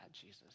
Jesus